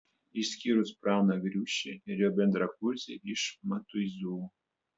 išskyrus praną griušį ir jo bendrakursį iš matuizų